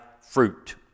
fruit